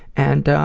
and um,